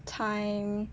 time